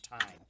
time